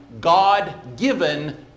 God-given